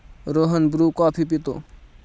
Rohan Bru coffee पितो